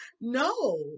No